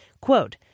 Quote